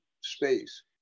space